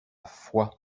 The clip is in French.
foix